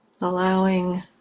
allowing